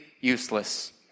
useless